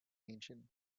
ancient